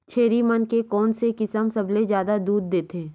छेरी मन के कोन से किसम सबले जादा दूध देथे?